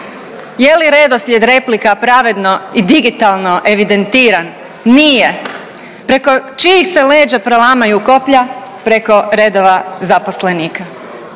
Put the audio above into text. Je li redoslijed replika pravilno i digitalno evidentiran? Nije. Preko čijih se leđa prelamaju koplja? Preko redova zaposlenika.